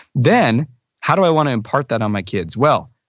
then how do i want to impart that on my kids? well,